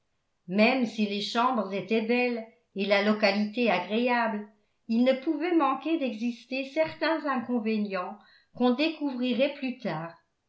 même si les chambres étaient belles et la localité agréable il ne pouvait manquer d'exister certains inconvénients qu'on découvrirait plus tard